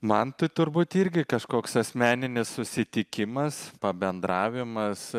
matui turbūt irgi kažkoks asmeninis susitikimas pabendravimas